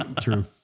True